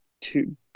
two